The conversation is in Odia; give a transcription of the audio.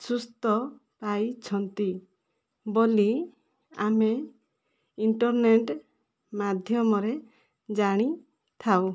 ସୁସ୍ଥ ପାଇଛନ୍ତି ବୋଲି ଆମେ ଇଣ୍ଟରନେଟ୍ ମାଧ୍ୟମରେ ଜାଣିଥାଉ